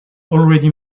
already